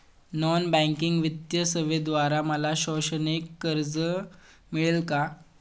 Non banking वित्तीय सेवेद्वारे मला शैक्षणिक कर्ज मिळेल का?